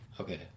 Okay